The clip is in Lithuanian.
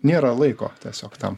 nėra laiko tiesiog tam